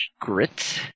grit